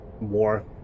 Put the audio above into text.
war